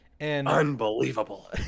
Unbelievable